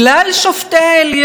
כן, בגללם,